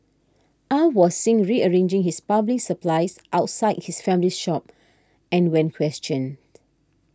Aw was seen rearranging his plumbing supplies outside his family's shop and when questioned